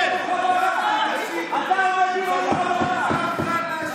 ההשוואות הללו לא יכולות להישמע